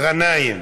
רנאים.